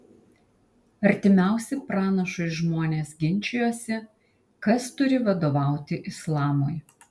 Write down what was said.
artimiausi pranašui žmonės ginčijosi kas turi vadovauti islamui